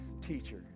teacher